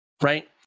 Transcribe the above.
right